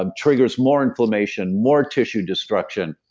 um triggers more inflammation, more tissue destruction.